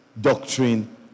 doctrine